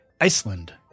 Iceland